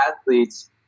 athletes